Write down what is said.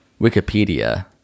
Wikipedia